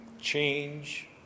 change